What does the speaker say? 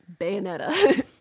bayonetta